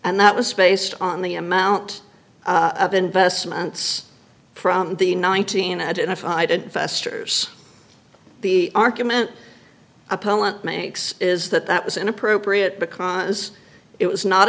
and that was spaced on the amount of investments from the nineteen identified festers the argument appellant makes is that that was inappropriate because it was not